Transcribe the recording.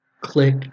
Click